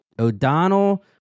O'Donnell